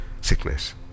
sickness